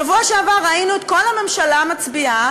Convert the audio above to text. בשבוע שעבר ראינו את כל הממשלה מצביעה